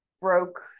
broke